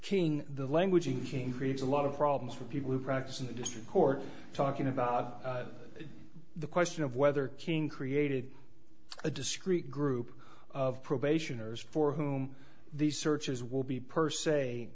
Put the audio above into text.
king the language inking creates a lot of problems for people who practice in the district court talking about the question of whether king created a discrete group of probationers for whom these searches will be per